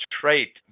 trait